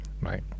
Right